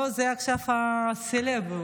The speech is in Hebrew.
עכשיו הוא סלב.